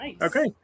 Okay